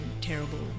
terrible